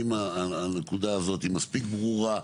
האם הנקודה הזאת היא מספיק ברורה?